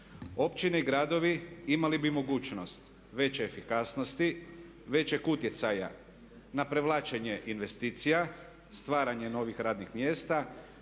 općine i gradovi imali bi mogućnost veće efikasnosti, većeg utjecaja na prevlačenje investicija, stvaranje novih radnih mjesta,